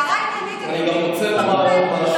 הם רעבים לתרופות,